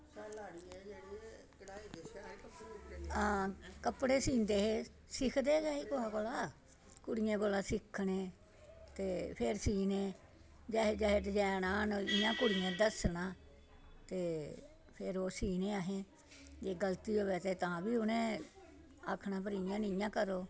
हां कपड़े सींदे हे सिक्खदे हे कुसै कोला कुड़ियें कोला सिक्खने ते फिर सीह्ने जैसे जैसे डिजाईन आन उआं कुड़ियें दस्सना ते फिर ओह् सीह्ने असें ते गलती होऐ ते तां बी उनें आक्खना इ'यां निं इ'यां करो